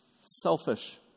selfish